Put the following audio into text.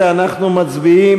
13 אנחנו מצביעים.